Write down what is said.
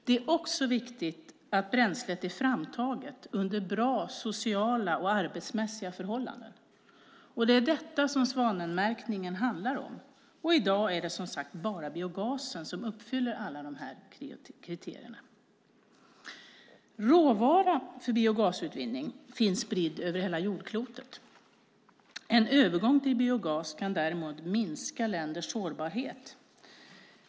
Det är också viktigt att bränslet är framtaget under bra sociala och arbetsmässiga förhållanden. Det är detta som svanmärkningen handlar om, och i dag är det som sagt bara biogasen som uppfyller alla dessa kriterier. Råvara för biogasutvinning finns spridd över hela jordklotet. En övergång till biogas kan därmed minska länders sårbarhet.